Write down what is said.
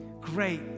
Great